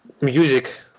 music